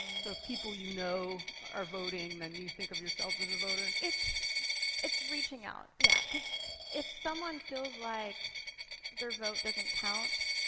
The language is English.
so if people you know are voting, then you think of yourself as a voter? it's it's reaching out, yeah. cause if someone feels like their vote doesn't count,